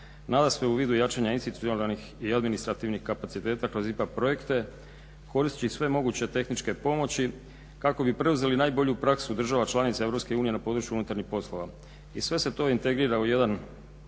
nadasve u vidu jačanja institucionalnih i administrativnih kapaciteta kroz IPA projekte koristeći sve moguće tehničke pomoći kako bi preuzeli najbolju praksu država članica EU na području unutarnjih poslova i sve se to integrira u jedan